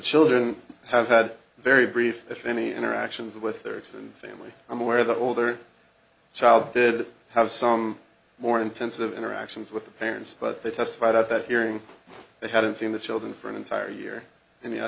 children have had very brief if any interactions with their extended family and where the older child did have some more intensive interactions with the parents but they testified at that hearing they hadn't seen the children for an entire year and ye